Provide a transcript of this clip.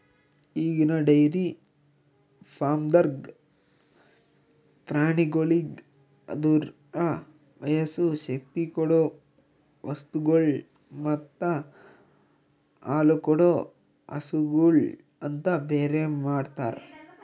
ಈಗಿನ ಡೈರಿ ಫಾರ್ಮ್ದಾಗ್ ಪ್ರಾಣಿಗೋಳಿಗ್ ಅದುರ ವಯಸ್ಸು, ಶಕ್ತಿ ಕೊಡೊ ವಸ್ತುಗೊಳ್ ಮತ್ತ ಹಾಲುಕೊಡೋ ಹಸುಗೂಳ್ ಅಂತ ಬೇರೆ ಮಾಡ್ತಾರ